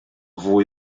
fwy